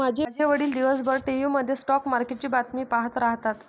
माझे वडील दिवसभर टीव्ही मध्ये स्टॉक मार्केटची बातमी पाहत राहतात